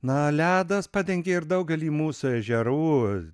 na ledas padengė ir daugelį mūsų ežerų